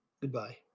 goodbye